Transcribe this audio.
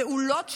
הפעולות שלהם,